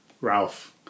Ralph